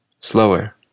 Slower